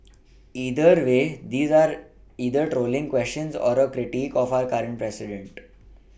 either way these are either trolling questions or a critique of our current president